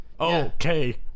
Okay